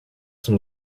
zum